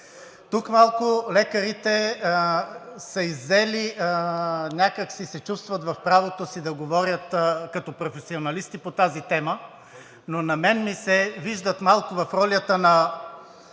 Тук малко лекарите някак си се чувстват в правото си да говорят като професионалисти по тази тема, но на мен ми се виждат малко в ролята на